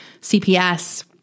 CPS-